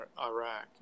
Iraq